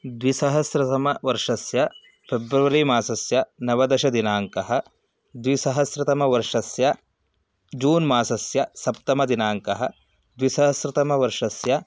द्विसहस्रतमवर्षस्य फ़ेब्रवरिमासस्य नवदशदिनाङ्कः द्विसहस्रतमवर्षस्य जून् मासस्य सप्तमदिनाङ्कः द्विसहस्रतमवर्षस्य